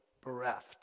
bereft